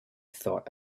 thought